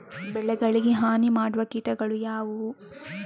ಬೆಳೆಗಳಿಗೆ ಹಾನಿ ಮಾಡುವ ಕೀಟಗಳು ಯಾವುವು?